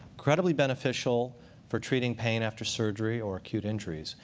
incredibly beneficial for treating pain after surgery or acute injuries,